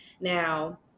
Now